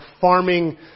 farming